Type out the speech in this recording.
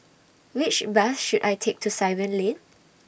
Which Bus should I Take to Simon Lane